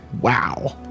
Wow